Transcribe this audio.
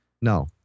No